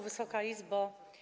Wysoka Izbo!